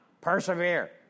persevere